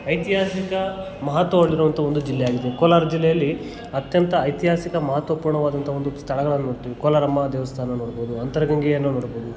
ಐತಿಹಾಸಿಕ ಮಹತ್ವ ಹೊಂದಿರುವಂಥ ಒಂದು ಜಿಲ್ಲೆಯಾಗಿದೆ ಕೋಲಾರ ಜಿಲ್ಲೆಯಲ್ಲಿ ಅತ್ಯಂತ ಐತಿಹಾಸಿಕ ಮಹತ್ವಪೂರ್ಣವಾದಂಥ ಒಂದು ಸ್ಥಳಗಳನ್ನು ನೋಡ್ತೀವಿ ಕೋಲಾರಮ್ಮ ದೇವಸ್ಥಾನ ನೋಡ್ಬೋದು ಅಂತರಗಂಗೆಯನ್ನು ನೋಡ್ಬೋದು